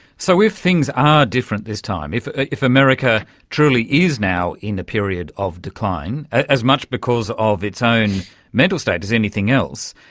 so if things are different this time, if if america truly is now in a period of decline, as much because of its own mental state as anything else,